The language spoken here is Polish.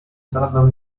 zdradzał